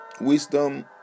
wisdom